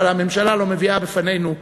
אבל הממשלה לא מביאה בפנינו סדר-יום.